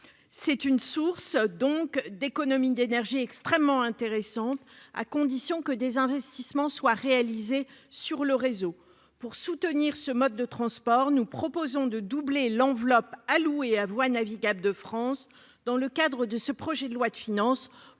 est une source d'économie d'énergie extrêmement intéressante, à condition que des investissements soient réalisés sur le réseau. Pour soutenir ce mode de transport, nous proposons de doubler l'enveloppe allouée à Voies navigables de France (VNF) dans le cadre de ce projet de loi de finances,